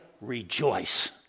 rejoice